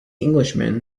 englishman